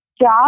job